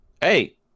hey